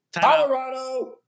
Colorado